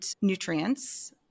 nutrients